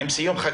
לא.